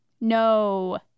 No